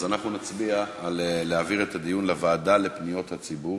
אז אנחנו נצביע על העברת הדיון לוועדה לפניות הציבור